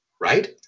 right